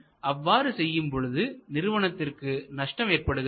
ஏனெனில் அவ்வாறு செய்யும்பொழுது நிறுவனத்திற்கு நஷ்டம் ஏற்படுகிறது